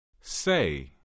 Say